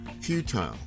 futile